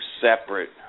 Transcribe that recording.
separate